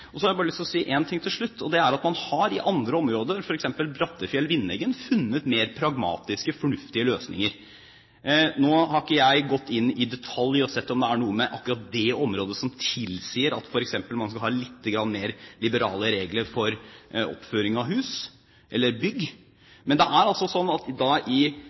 Så har jeg bare lyst til å si én ting til slutt, og det er at man i andre områder, f.eks. Brattefjell–Vindeggen, har funnet mer pragmatiske og mer fornuftige løsninger. Nå har ikke jeg gått i detalj og sett på om det er noe med akkurat det området som tilsier at man f.eks. skal ha litt mer liberale regler for oppføring av hus, eller bygg, men det er altså slik at i